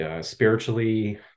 Spiritually